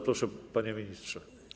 Proszę, panie ministrze.